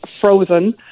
frozen